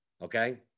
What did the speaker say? Okay